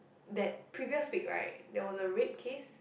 that previous week right there was a rape case